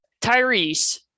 Tyrese